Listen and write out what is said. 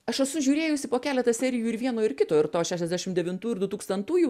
aš esu žiūrėjusi po keleta serijų ir vieno ir kito šešiasdešim devintų ir dutūkstantųjų